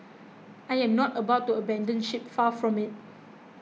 I am not about to abandon ship far from it